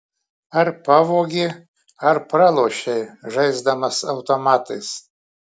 ar pavogė ar pralošei žaisdamas automatais